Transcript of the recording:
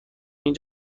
این